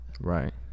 right